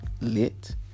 lit